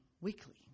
weekly